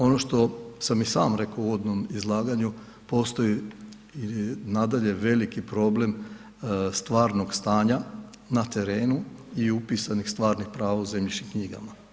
Ono što sam i sam rekao u uvodnom izlaganju, postoji nadalje veliki problem stvarnog stanja na terenu i upisanih stvarnih prava u zemljišnim knjigama.